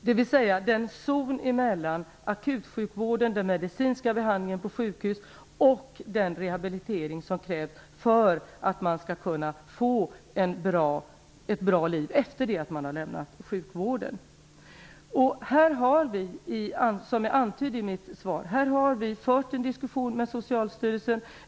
Det gäller alltså zonen emellan den medicinska behandlingen på akutsjukhus och den rehabilitering som krävs för att man skall kunna få ett bra liv efter det att man har lämnat sjukvården. Som jag antydde i mitt svar har vi fört en diskussion med Socialstyrelsen.